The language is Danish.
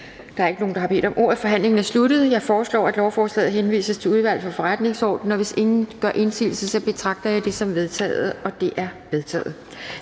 Da der ikke er flere, der har bedt om ordet, er forhandlingen sluttet. Jeg foreslår, at lovforslaget henvises til Udvalget for Forretningsordenen. Hvis ingen gør indsigelse, betragter jeg det som vedtaget. Det er vedtaget.